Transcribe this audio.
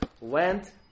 went